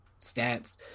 stats